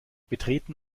betreten